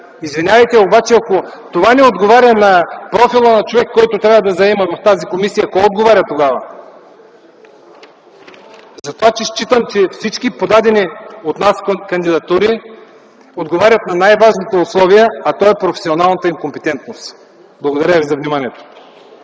Извинявайте, но ако това не отговаря на профила на човек, който трябва да влезе в тази комисия, кой отговаря тогава?! Считам, че всички подадени от нас кандидатури, отговарят на най-важното условие, а то е професионалната им компетентност. Благодаря Ви за вниманието.